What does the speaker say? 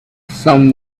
some